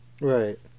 Right